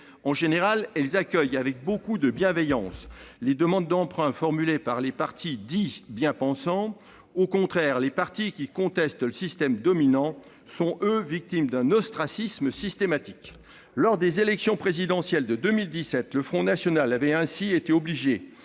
En général, elles accueillent avec beaucoup de bienveillance les demandes d'emprunt formulées par les partis dits « bien-pensants »; au contraire, les partis qui contestent le système dominant sont, eux, victimes d'un ostracisme systématique. Lors de l'élection présidentielle de 2017, le Front national avait ainsi été obligé